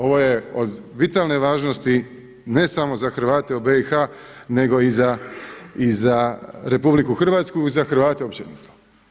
Ovo je od vitalne važnosti ne samo za Hrvate u BIH nego i za RH i za Hrvate općenito.